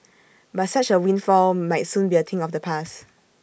but such A windfall might soon be A thing of the past